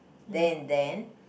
there and then